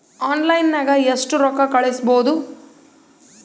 ಆನ್ಲೈನ್ನಾಗ ಎಷ್ಟು ರೊಕ್ಕ ಕಳಿಸ್ಬೋದು